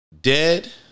dead